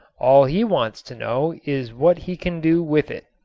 all he wants to know is what he can do with it.